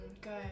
good